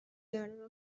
learner